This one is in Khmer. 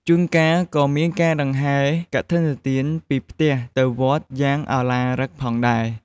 ជួនកាលក៏មានការដង្ហែរកឋិនទានពីផ្ទះទៅវត្តយ៉ាងឱឡារិកផងដែរ។